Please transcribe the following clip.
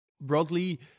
broadly